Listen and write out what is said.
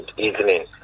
Evening